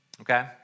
Okay